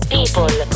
People